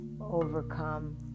overcome